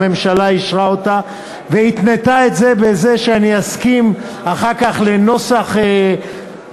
הממשלה אישרה אותה והתנתה את זה בזה שאני אסכים אחר כך לנוסח שיוקרא.